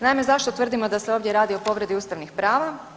Naime, zašto tvrdimo da se ovdje radi o povredi ustavnih prava?